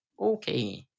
okay